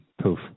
poof